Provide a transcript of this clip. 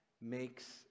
makes